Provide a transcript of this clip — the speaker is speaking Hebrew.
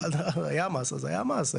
היה מס אז היה מס.